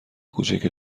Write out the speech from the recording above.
کوچک